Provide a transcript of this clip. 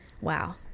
Wow